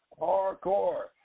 Hardcore